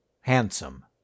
handsome